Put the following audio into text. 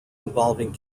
involving